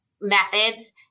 methods